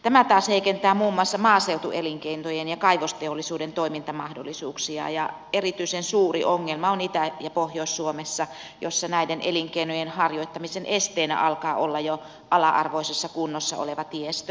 tämä taas heikentää muun muassa maaseutuelinkeinojen ja kaivosteollisuuden toimintamahdollisuuksia ja erityisen suuri ongelma on itä ja pohjois suomessa jossa näiden elinkeinojen harjoittamisen esteenä alkaa olla jo ala arvoisessa kunnossa oleva tiestö